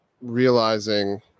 realizing